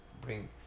bring